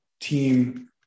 team